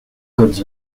goods